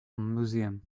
museum